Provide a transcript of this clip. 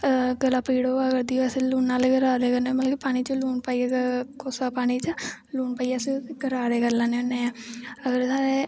गला पीड़ होआ करदी होऐ अस लून आह्ले गरारे करने मतलव कि पानी बिच्च लून पाईयै कोस्सा पानी च लून पाईयै अस गरारे करी लैन्ने होन्ने अगर साढ़े